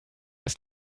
ist